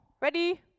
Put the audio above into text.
Ready